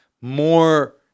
more